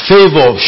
Favor